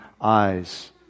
eyes